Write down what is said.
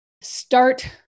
Start